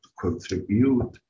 contribute